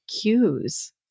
cues